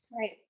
right